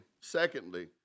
secondly